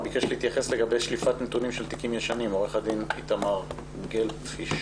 עו"ד איתמר גלבפיש